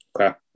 Okay